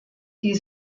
die